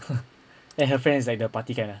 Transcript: then her friend is like the party kind ah